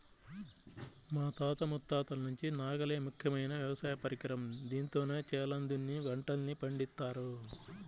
మా తాత ముత్తాతల నుంచి నాగలే ముఖ్యమైన వ్యవసాయ పరికరం, దీంతోనే చేలను దున్ని పంటల్ని పండిత్తారు